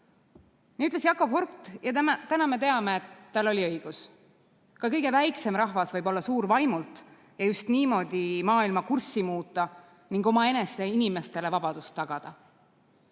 Nii ütles Jakob Hurt ja täna me teame, et tal oli õigus. Ka kõige väiksem rahvas võib olla suur vaimult ja just niimoodi maailma kurssi muuta ning omaenese inimestele vabaduse tagada. Keel